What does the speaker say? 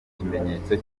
ikimenyetso